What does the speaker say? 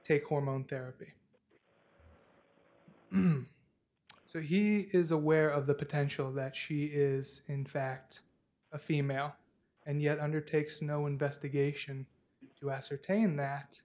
take hormone therapy so he is aware of the potential that she is in fact a female and yet undertakes no investigation to ascertain that